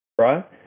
right